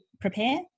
prepare